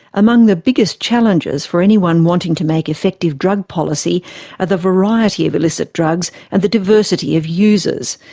among the biggest challenges for anyone wanting to make effective drug policy are the variety of illicit drugs and the diversity of users.